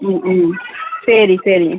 ம் ம் சரி சரிங்க